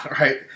right